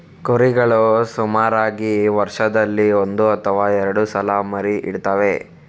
ಕುರಿಗಳು ಸುಮಾರಾಗಿ ವರ್ಷದಲ್ಲಿ ಒಂದು ಅಥವಾ ಎರಡು ಸಲ ಮರಿ ಇಡ್ತವೆ